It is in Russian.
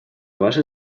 ваши